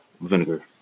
Vinegar